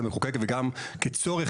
של המחוקק וגם כצורך,